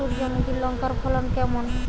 সূর্যমুখী লঙ্কার ফলন কেমন?